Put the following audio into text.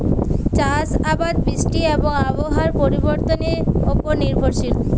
চাষ আবাদ বৃষ্টি এবং আবহাওয়ার পরিবর্তনের উপর নির্ভরশীল